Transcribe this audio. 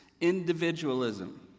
individualism